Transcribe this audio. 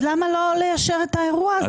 אז למה לא ליישר את האירוע הזה?